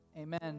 Amen